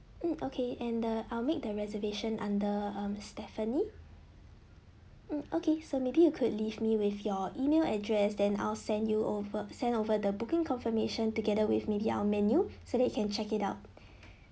mm okay and the I'll make the reservation under um stephanie mm okay so maybe you could leave me with your email address then I'll send you over send over the booking confirmation together with maybe our menu so that you can check it out